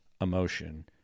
emotion